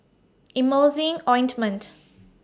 Emulsying Ointment